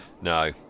No